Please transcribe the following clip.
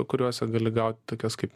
kuriuose gali gaut tokias kaip